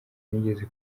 nigeze